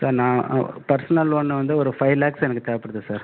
sir நான் personal loan வந்து ஒரு பைவ் லாக்ஸ் எனக்கு தேவைப்படுது சார்